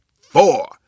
four